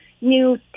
new